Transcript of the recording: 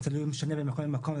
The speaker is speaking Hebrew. זה משתנה ממקום למקום,